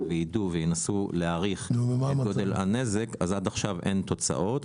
וידעו וינסו להעריך את גודל הנזק עד עכשיו אין תוצאות.